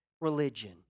religion